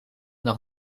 nog